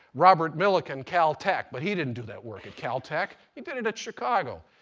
robert millikan, caltech. but he didn't do that work at caltech. he did it at chicago.